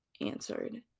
answered